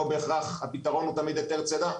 לא בהכרח הפתרון הוא תמיד היתר צידה.